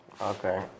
Okay